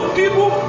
people